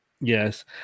Yes